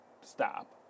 stop